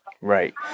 right